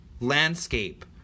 landscape